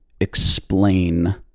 explain